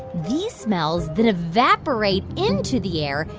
these smells then evaporate into the air,